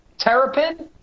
Terrapin